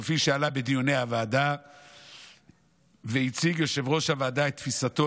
כפי שעלה בדיוני הוועדה והציג יושב-ראש הוועדה את תפיסתו,